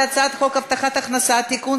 על הצעת חוק הבטחת הכנסה (תיקון,